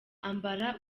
ambara